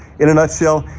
in a nutshell,